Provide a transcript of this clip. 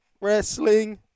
wrestling